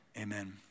amen